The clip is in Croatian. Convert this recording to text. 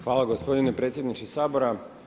Hvala gospodine predsjedniče Sabora.